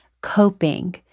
Coping